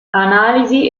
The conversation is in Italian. analisi